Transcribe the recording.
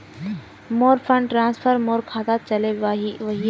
मोर fund transfer मोर खातात चले वहिये